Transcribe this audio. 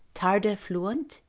tarda fluunt,